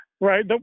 right